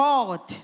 God